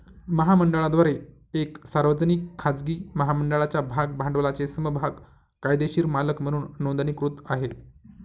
महामंडळाद्वारे एक सार्वजनिक, खाजगी महामंडळाच्या भाग भांडवलाचे समभाग कायदेशीर मालक म्हणून नोंदणीकृत आहे